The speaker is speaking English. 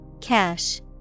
Cash